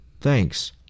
Thanks